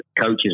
coaches